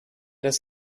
das